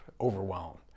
overwhelmed